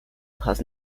has